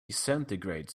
centigrade